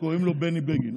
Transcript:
קוראים לו בני בגין.